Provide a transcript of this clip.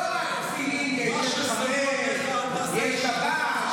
לא רק תפילין יש, יש חמץ, יש שבת.